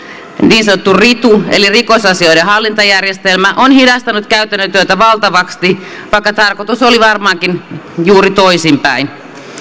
niin sanottu ritu eli rikosasioiden hallintajärjestelmä on hidastanut käytännön työtä valtavasti vaikka tarkoitus oli varmaankin juuri toisinpäin